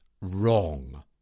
wrong